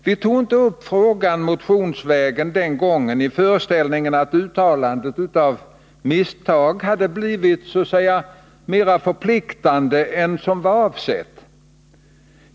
Vi tog inte upp frågan motionsvägen den gången i föreställningen att uttalandet av misstag blivit mer ”förpliktigande” än vad som var avsett.